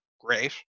great